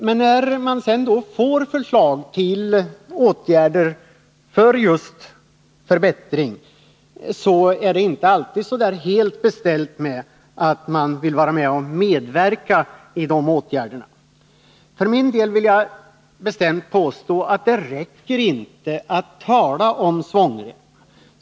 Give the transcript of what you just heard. Men när det sedan kommer förslag till åtgärder för att åstadkomma en förbättring, så är det inte alltid så väl beställt med viljan att medverka till de åtgärderna. För min del vill jag bestämt påstå att det inte räcker med att tala om svångrem.